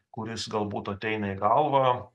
kuris galbūt ateina į galvą